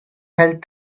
held